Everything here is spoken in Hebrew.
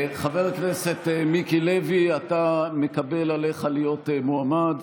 חבר הכנסת מיקי לוי, אתה מקבל עליך להיות מועמד?